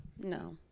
No